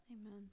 Amen